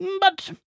But